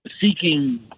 seeking